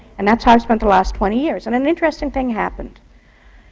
and that's how i've spent the last twenty years. and an interesting thing happened.